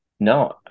no